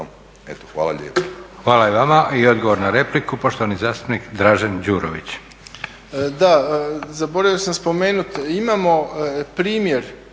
Eto, hvala lijepa.